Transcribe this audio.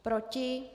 Proti?